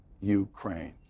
Ukraine